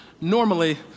normally